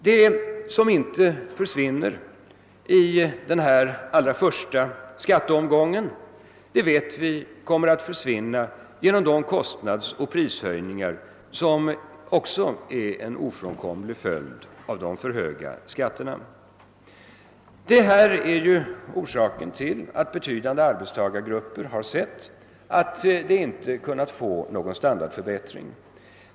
Det som inte försvinner i denna allra första skatteomgång kommer att försvinna genom de kostnadsoch prishöjningar, som också är en ofrånkomlig följd av de alltför höga skatterna. Detta är orsaken till att betydande arbetstagargrupper har funnit, att de inte kunnat få någon standardförbättring.